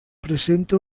presenta